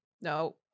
No